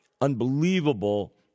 unbelievable